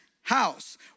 house